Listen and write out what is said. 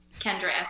Kendra